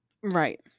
Right